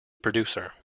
producer